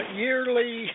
yearly